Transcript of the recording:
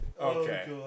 Okay